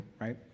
right